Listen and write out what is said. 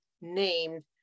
named